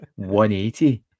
180